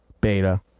beta